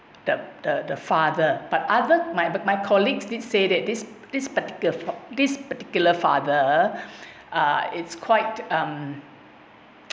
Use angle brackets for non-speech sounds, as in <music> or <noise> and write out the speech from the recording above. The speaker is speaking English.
the the the father but other my but my colleagues did say that this this particular for this particular father <noise> uh it's quite um